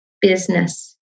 business